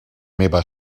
meva